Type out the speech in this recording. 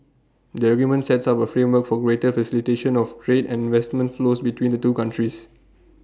the agreement sets up A framework for greater facilitation of trade and investment flows between the two countries